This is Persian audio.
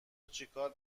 چیکار